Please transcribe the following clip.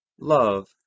love